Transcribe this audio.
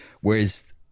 Whereas